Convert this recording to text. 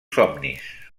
somnis